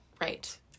Right